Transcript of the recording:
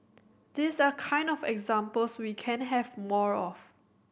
these are kind of examples we can have more of